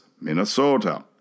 Minnesota